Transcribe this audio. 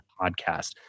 podcast